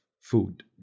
Food